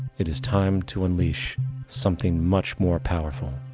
it is time to unleash something much more powerful.